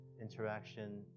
interaction